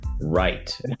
Right